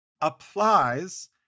applies